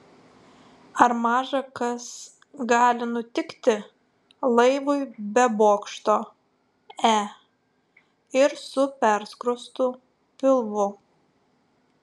ar maža kas gali nutikti laivui be bokšto e ir su perskrostu pilvu